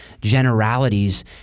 generalities